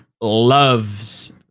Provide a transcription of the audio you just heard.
loves